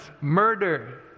murder